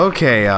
Okay